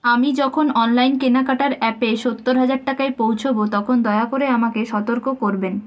আমি যখন অনলাইন কেনাকাটার অ্যাপে সত্তর হাজার টাকায় পৌঁছবো তখন দয়া করে আমাকে সতর্ক করবেন